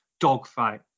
dogfight